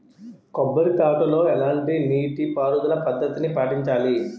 కొబ్బరి తోటలో ఎలాంటి నీటి పారుదల పద్ధతిని పాటించాలి?